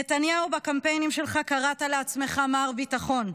נתניהו, בקמפיינים שלך קראת לעצמך "מר ביטחון".